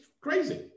crazy